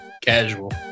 casual